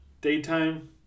daytime